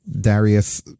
Darius